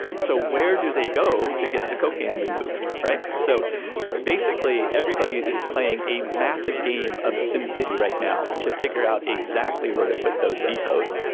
so where do they go to get the coke can removed, right? so basically, everybody is playing a massive game of sim city right now to figure out exactly where to put those depots.